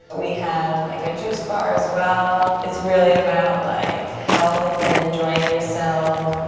we have, like, a juice bar, as well. it's really about, like, health and enjoying yourself.